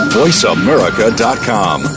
voiceamerica.com